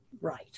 right